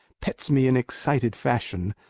pets me in excited fashion,